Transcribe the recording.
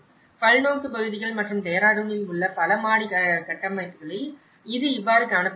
பல்நோக்கு பகுதிகள் மற்றும் டெஹ்ராடூனில் உள்ள பல மாடி கட்டமைப்புகளில் இது இவ்வாறு காணப்படுகிறது